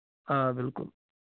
آ بِلکُل